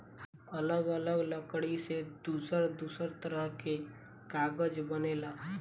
अलग अलग लकड़ी से दूसर दूसर तरह के कागज बनेला